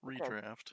redraft